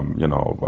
you know, but